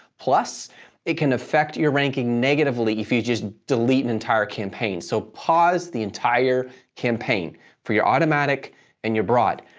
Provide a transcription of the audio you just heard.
plus it can affect your ranking negatively if you just delete an entire campaign. so, pause the entire campaign for your automatic and your broad.